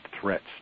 threats